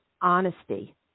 honesty